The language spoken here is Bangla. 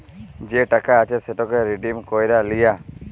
যে টাকা আছে সেটকে রিডিম ক্যইরে লিয়া